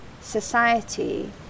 society